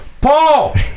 Paul